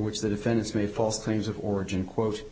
which the defense made false claims of origin quote